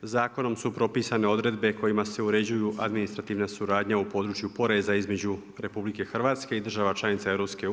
Zakonom su propisane odredbe kojima se uređuju administrativna suradnja u području poreza između RH i država članica EU.